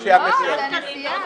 ועוד נסיעה.